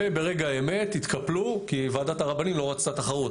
וברגע האמת התקפלו כי ועדת הרבנים לא רצתה תחרות.